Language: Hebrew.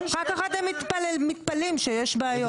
אחר כך מתפלאים שיש בעיות.